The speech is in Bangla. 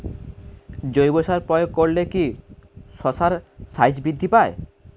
জৈব সার প্রয়োগ করলে কি শশার সাইজ বৃদ্ধি পায়?